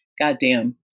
goddamn